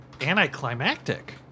anticlimactic